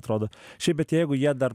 atrodo šiaip bet jeigu jie dar